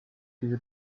diese